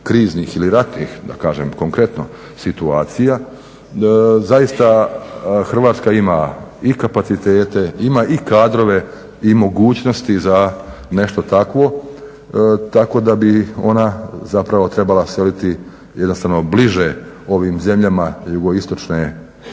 kriznih ili ratnih da kažem konkretno situacija. Zaista Hrvatska ima i kapacitete, ima i kadrove i mogućnosti za nešto takvo tako da bi onda zapravo trebala seliti jednostavno bliže ovim zemljama jugoistočne Europe